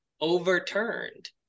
overturned